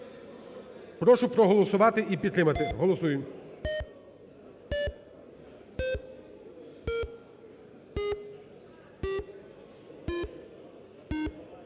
Прошу проголосувати і підтримати. Голосуємо.